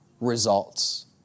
results